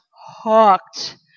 hooked